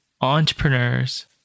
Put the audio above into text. entrepreneurs